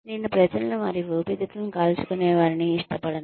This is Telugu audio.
నేను ప్రజలను వారి ఊపిరితిత్తులను కాల్చుకునే వారిని ఇష్టపడను